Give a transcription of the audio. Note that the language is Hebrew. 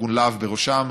ארגון להב בראשם,